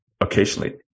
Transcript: occasionally